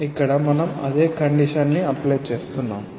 ఇక్కడ మనం అదే కండిషన్ ని అప్లై చేస్తున్నాము